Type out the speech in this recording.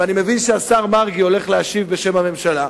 ואני מבין שהשר מרגי הולך להשיב בשם הממשלה.